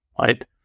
right